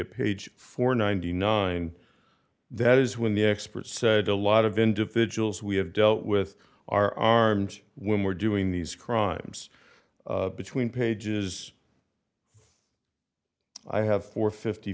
a page four ninety nine that is when the experts said a lot of individuals we have dealt with are armed when we're doing these crimes between pages i have for fifty